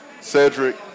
Cedric